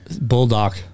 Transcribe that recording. Bulldog